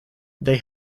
they